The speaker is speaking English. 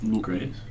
great